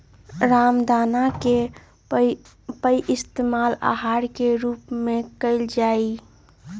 रामदाना के पइस्तेमाल आहार के रूप में कइल जाहई